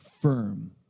firm